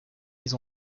mise